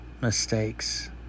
mistakes